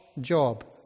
job